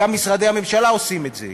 גם משרדי הממשלה עושים את זה,